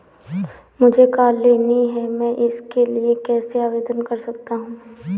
मुझे कार लेनी है मैं इसके लिए कैसे आवेदन कर सकता हूँ?